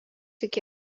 iki